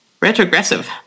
retrogressive